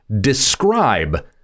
describe